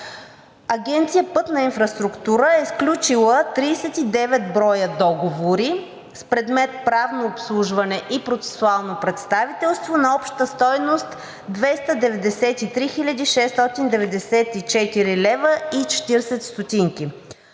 Агенция „Пътна инфраструктура“ е сключила 39 бр. договори с предмет „Правно обслужване и процесуално представителство“ на обща стойност 293 694,40 лв.